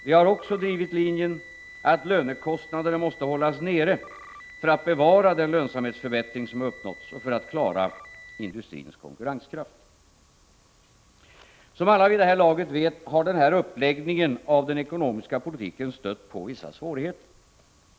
Vi har också drivit linjen, att lönekostnaderna måste hållas nere för att bevara den lönsamhetsförbättring som uppnåtts och för att klara industrins konkurrenskraft. Som alla vid det här laget vet, har den här uppläggningen av den - ekonomiska politiken stött på vissa svårigheter.